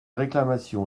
réclamation